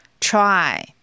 try